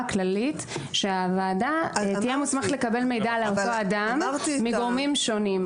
כללית שהוועדה תהיה מוסמכת לקבל על אותו אדם מגורמים שונים.